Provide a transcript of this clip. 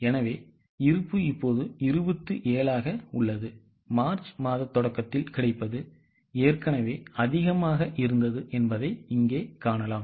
எனவே இருப்பு இப்போது 27 ஆக உள்ளது மார்ச் மாத தொடக்கத்தில் கிடைப்பது ஏற்கனவே அதிகமாக இருந்தது என்பதை இங்கே காணலாம்